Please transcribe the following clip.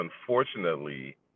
unfortunately